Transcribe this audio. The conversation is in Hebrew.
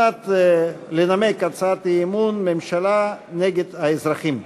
מנת לנמק הצעת אי-אמון: ממשלה נגד האזרחים.